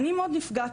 אני מאוד נפגעתי,